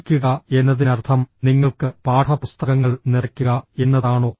പഠിക്കുക എന്നതിനർത്ഥം നിങ്ങൾക്ക് പാഠപുസ്തകങ്ങൾ നിറയ്ക്കുക എന്നതാണോ